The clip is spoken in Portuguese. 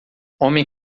homem